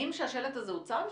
שהשלט הזה מוצב שם?